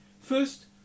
First